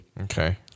Okay